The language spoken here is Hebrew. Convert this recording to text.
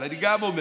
אבל אני אומר,